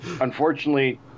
unfortunately